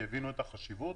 כי הבינו את החשיבות.